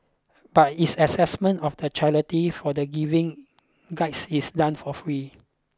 but its assessment of the charities for the Giving Guides is done for free